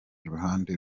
ruhande